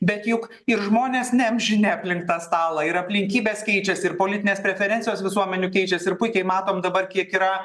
bet juk ir žmonės neamžini aplink tą stalą ir aplinkybės keičiasi ir politinės preferencijos visuomenių keičiasi ir puikiai matom dabar kiek yra